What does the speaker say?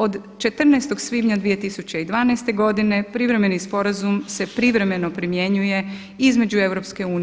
Od 14. svibnja 2012. godine privremeni sporazum se privremeno primjenjuje između EU